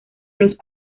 los